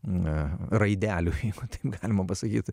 na raidelių jeigu taip galima pasakyti